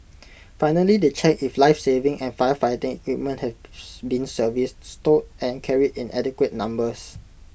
finally they check if lifesaving and firefighting equipment has been serviced stowed and carried in adequate numbers